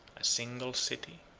a single city.